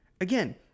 Again